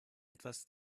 etwas